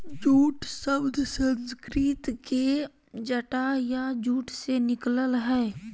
jute शब्द संस्कृत के जटा या जूट से निकलल हइ